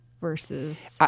versus